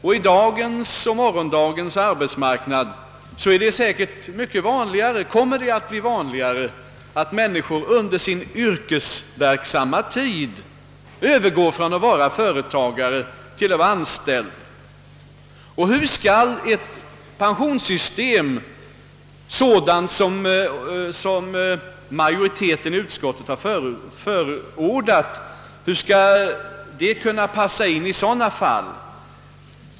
På dagens och morgondagens arbetsmarknad kommer det att bli ännu vanligare att människor under sin yrkesverksamma tid övergår från att vara företagare till att vara anställda. Hur skall ett pensionssystem sådant som majoriteten i utskottet har förordat kunna passa in i sådana fall?